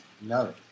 No